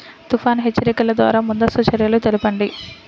తుఫాను హెచ్చరికల ద్వార ముందస్తు చర్యలు తెలపండి?